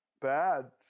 bad